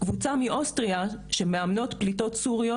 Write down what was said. קבוצה מאוסטריה שמאמנות פליטות סוריות,